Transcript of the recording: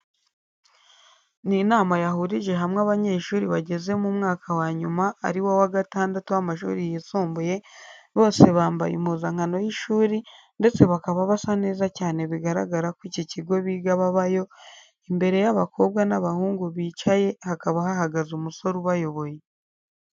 Ni inama yahurije hamwe abanyeshuri bageze mu mwaka wa nyuma ari wo wa gatandatu w'amashuri yisumbuye, bose bambaye impuzankano y'ishuri ndetse bakaba basa neza cyane bigaragara ko iki kigo biga babayo, imbere y'abakobwa n'abahungu bicaye hakaba hahagaze umusore ubayoboye.